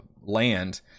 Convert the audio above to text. land